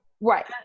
Right